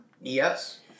Yes